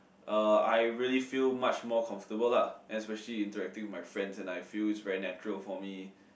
uh I really feel much more comfortable lah especially interacting with my friends and I feel it's very natural for me